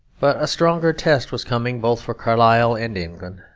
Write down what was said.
but a stronger test was coming both for carlyle and england.